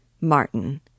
Martin